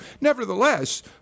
Nevertheless